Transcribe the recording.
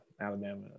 Alabama